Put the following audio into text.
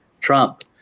Trump